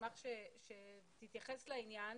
אשמח שתתייחס לעניין,